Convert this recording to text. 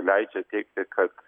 leidžia teigti kad